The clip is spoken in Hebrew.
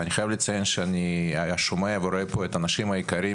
אני חייב לציין שאני שומע ורואה פה את האנשים היקרים,